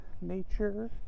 nature